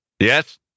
Yes